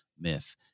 myth